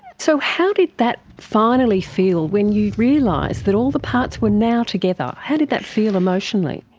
so how did that finally feel, when you realised that all the parts were now together? how did that feel emotionally?